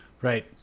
Right